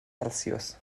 celsius